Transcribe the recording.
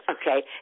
Okay